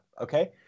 okay